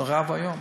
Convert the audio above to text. נורא ואיום.